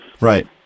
Right